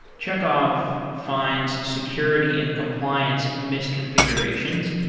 chekhov finds security and compliance misconfigurations.